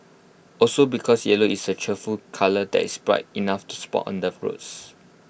also because yellow is A cheerful colour that is bright enough to spot on the roads